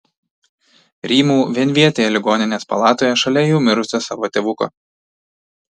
rymau vienvietėje ligoninės palatoje šalia jau mirusio savo tėvuko